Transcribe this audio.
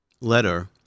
letter